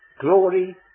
glory